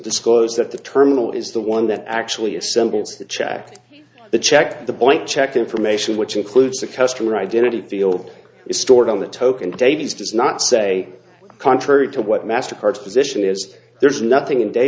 disclose that the terminal is the one that actually assembles the check the check the blank check information which includes the customer identity field is stored on the token davies does not say contrary to what master card position is there's nothing in da